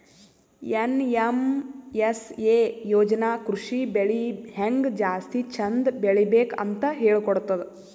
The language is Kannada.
ಏನ್.ಎಮ್.ಎಸ್.ಎ ಯೋಜನಾ ಕೃಷಿ ಬೆಳಿ ಹೆಂಗ್ ಜಾಸ್ತಿ ಚಂದ್ ಬೆಳಿಬೇಕ್ ಅಂತ್ ಹೇಳ್ಕೊಡ್ತದ್